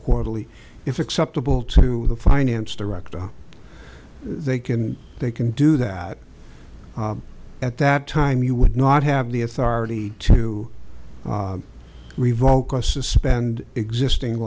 quarterly if acceptable to the finance director they can they can do that at that time you would not have the authority to revoke a suspend existing